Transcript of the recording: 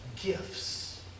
gifts